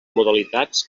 modalitats